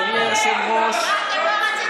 חבר הכנסת